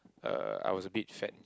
uh I was a bit fat